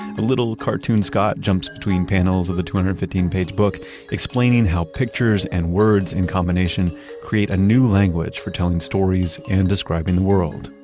a little cartoon-scott jumps between panels of the two hundred and fifteen page book explaining how pictures and words in combination create a new language for telling stories and describing the world.